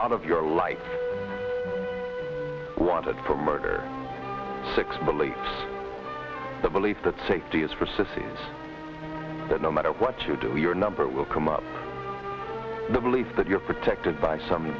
out of your life wanted for murder six believes the belief that safety is for sissies that no matter what you do your number will come up the belief that you're protected by some